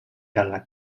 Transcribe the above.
dalla